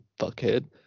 fuckhead